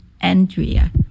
andrea